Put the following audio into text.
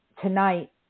tonight